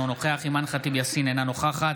אינו נוכח